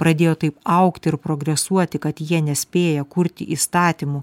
pradėjo taip augti ir progresuoti kad jie nespėja kurti įstatymų